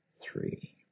three